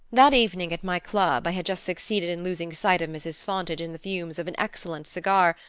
that evening at my club i had just succeeded in losing sight of mrs. fontage in the fumes of an excellent cigar,